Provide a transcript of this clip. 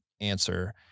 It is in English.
answer